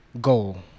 goal